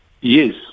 Yes